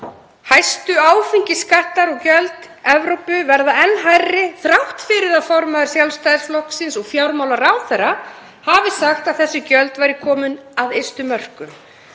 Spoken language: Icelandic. Hæstu áfengisskattar og -gjöld Evrópu verða enn hærri þrátt fyrir að formaður Sjálfstæðisflokksins og fjármálaráðherra hafi sagt að þessi gjöld væru komin að ystu mörkum.